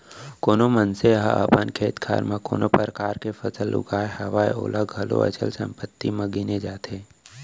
कोनो मनसे ह अपन खेत खार म कोनो परकार के फसल उगाय हवय ओला घलौ अचल संपत्ति म गिने जाथे